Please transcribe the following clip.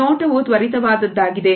ಈ ನೋಟವು ತ್ವರಿತವಾದ ದ್ದಾಗಿದೆ